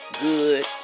good